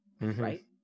Right